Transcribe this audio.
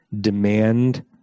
demand